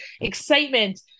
excitement